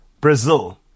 Brazil